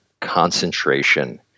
concentration